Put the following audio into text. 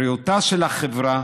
בריאותה של החברה,